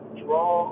draw